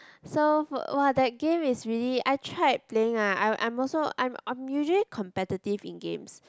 so f~ [wah] that game is really I tried playing ah I'm I'm also I'm I'm usually competitive in games